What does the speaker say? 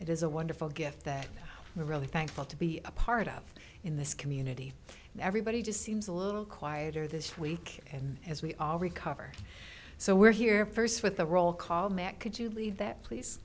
it is a wonderful gift that you really thankful to be a part of in this community and everybody just seems a little quieter this week and as we all recover so we're here first with the roll call matt could you leave that please